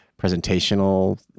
presentational